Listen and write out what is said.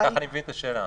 כך אני מבין את השאלה,